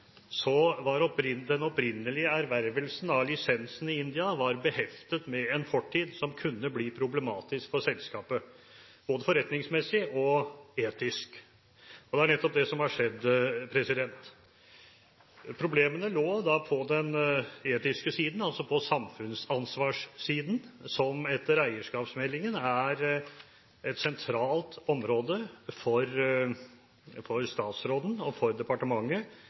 var den opprinnelige ervervelsen av lisensene i India beheftet med en fortid som kunne bli problematisk for selskapet både forretningsmessig og etisk. Det er nettopp det som har skjedd. Problemene lå på den etiske siden, altså på samfunnsansvarssiden – som etter eierskapsmeldingen er et sentralt område der statsråden og departementet